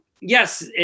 yes